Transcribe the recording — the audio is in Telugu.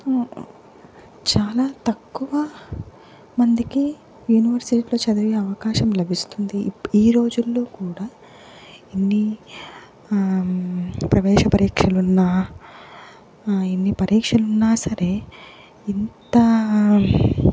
చాలా తక్కువ మందికి యూనివర్సిటీలో చదివే అవకాశం లభిస్తుంది ఈరోజుల్లో కూడా ఎన్ని ప్రవేశ పరీక్షలున్నా ఎన్ని పరీక్షలున్నా సరే ఇంత